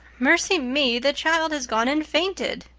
mercy me, the child has gone and fainted!